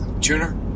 tuner